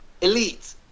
Elite